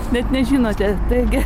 net nežinote taigi